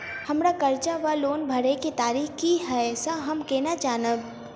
हम्मर कर्जा वा लोन भरय केँ तारीख की हय सँ हम केना जानब?